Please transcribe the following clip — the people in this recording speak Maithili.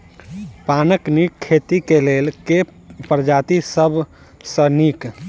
पानक नीक खेती केँ लेल केँ प्रजाति सब सऽ नीक?